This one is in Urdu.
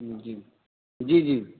جی جی جی